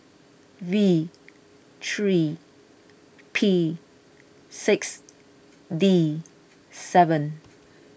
V three P six D seven